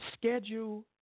schedule